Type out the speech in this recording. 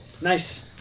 Nice